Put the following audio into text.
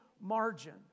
margin